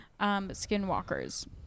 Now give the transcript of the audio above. Skinwalkers